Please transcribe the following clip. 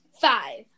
Five